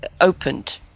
opened